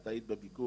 את היית בביקור